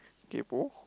kaypoh